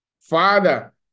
Father